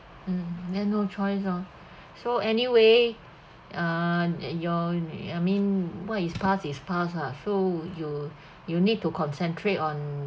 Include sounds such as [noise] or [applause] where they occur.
mm then no choice oh [breath] so anyway uh that your I mean what is past is past ah so you [breath] you need to concentrate on